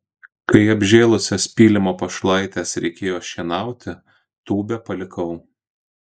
kai apžėlusias pylimo pašlaites reikėjo šienauti tūbę palikau